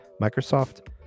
microsoft